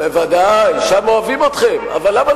שם לא שונאים אותנו.